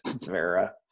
vera